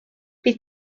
bydd